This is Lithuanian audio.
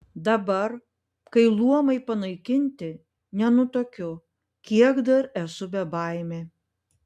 dabar kai luomai panaikinti nenutuokiu kiek dar esu bebaimė